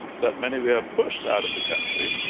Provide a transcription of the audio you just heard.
that many were pushed out of the country,